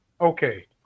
okay